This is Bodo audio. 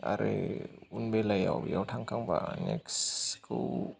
आरो उन बेलायाव थांखांबा नेक्स्तखौ